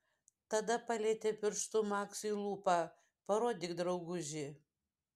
tada palietė pirštu maksui lūpą parodyk drauguži